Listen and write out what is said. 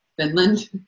Finland